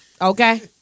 okay